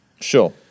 Sure